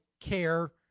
care